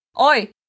Oi